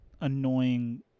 annoying